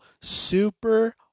Super